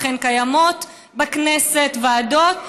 לכן קיימות בכנסת ועדות,